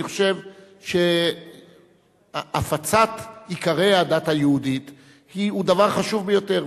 אני חושב שהפצת עיקרי הדת היהודית היא דבר חשוב ביותר,